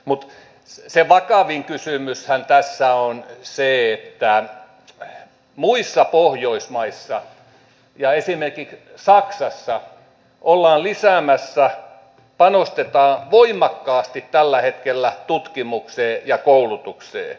mutta se vakavin kysymyshän tässä on se että muissa pohjoismaissa ja esimerkiksi saksassa panostetaan voimakkaasti tällä hetkellä tutkimukseen ja koulutukseen